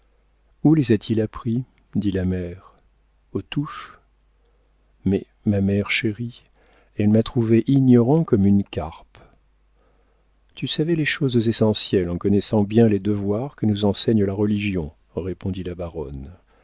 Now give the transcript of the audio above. où les a-t-il appris dit la mère aux touches mais ma mère chérie elle m'a trouvé ignorant comme une carpe tu savais les choses essentielles en connaissant bien les devoirs que nous enseigne la religion répondit la baronne